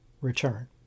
return